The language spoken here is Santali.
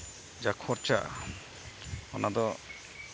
ᱡᱟ ᱠᱷᱚᱨᱪᱟᱜᱼᱟ ᱚᱱᱟᱫᱚ